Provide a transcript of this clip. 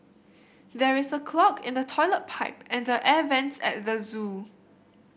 there is a clog in the toilet pipe and the air vents at the zoo